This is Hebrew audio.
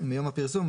מיום הפרסום,